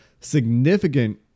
significant